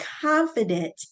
confident